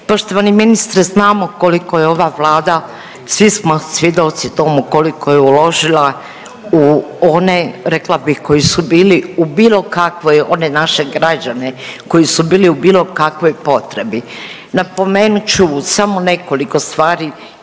Poštovani ministre znamo koliko je ova Vlada, svi smo svjedoci tomu koliko uložila u one rekla bih koji su bili u bilo kakvoj, one naše građane koji su bili u bilo kakvoj potrebi. Napomenut ću samo nekoliko stvari